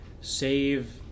save